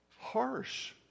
harsh